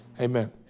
Amen